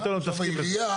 ויותר לא מתעסקים בזה.